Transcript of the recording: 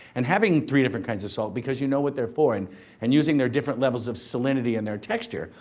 and having three different kinds of salt because you know what they're for and and using their different levels of salinity and their texture,